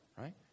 right